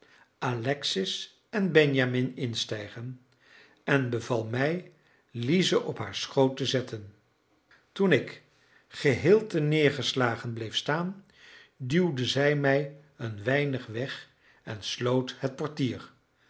alexis en benjamin instijgen en beval mij lize op haar schoot te zetten toen ik geheel terneergeslagen bleef staan duwde zij mij een weinig weg en sloot het portier